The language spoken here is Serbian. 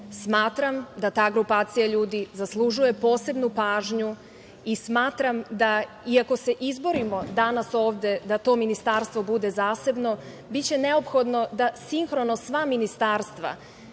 Smatram da ta grupacija ljudi zaslužuje posebnu pažnju i smatram da iako se izborimo danas ovde da to ministarstvo bude zasebno biće neophodno da sinhrono sva ministarstva,